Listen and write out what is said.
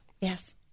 Yes